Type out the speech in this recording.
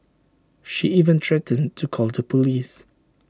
she even threatened to call the Police